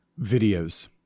Videos